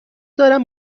دارم